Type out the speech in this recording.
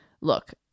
look